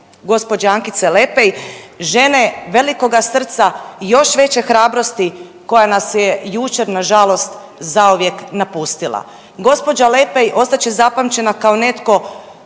gospođe Ankice Lepaj, žene velikoga srca i još veće hrabrosti koja nas je jučer nažalost zauvijek napustila. Gospođa Lepaj ostat će zapamćena kao netko